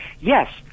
yes